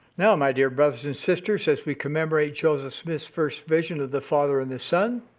now, my dear brothers and sisters, as we commemorate joseph smith's first vision of the father and the son,